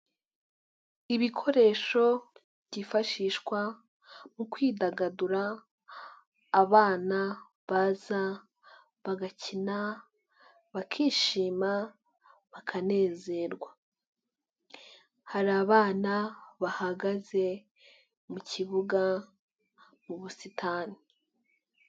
Ibikoresho byifashishwa mu kwidagadura, abana baza bagakina, bakishima, bakanezerwa. Hari abana bahagaze mu kibuga mu ubusitani.